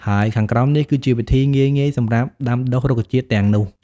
ហើយខាងក្រោមនេះគឺជាវិធីងាយៗសម្រាប់ដាំដុះរុក្ខជាតិទាំងនោះ។